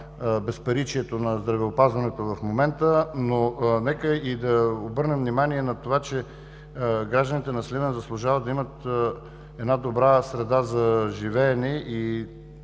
безпаричието в здравеопазването в момента, но нека да обърнем внимание на това, че гражданите на Сливен заслужават да имат добра среда за живеене и